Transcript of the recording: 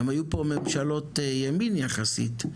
גם היו פה ממשלות ימין יחסית,